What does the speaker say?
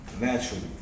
naturally